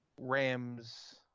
Rams –